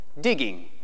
Digging